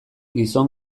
gizon